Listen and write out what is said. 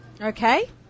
Okay